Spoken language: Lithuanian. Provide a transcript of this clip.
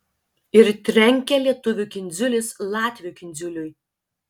ir trenkia lietuvių kindziulis latvių kindziuliui